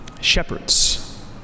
shepherds